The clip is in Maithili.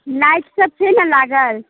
लाइटसभ छै ने लागल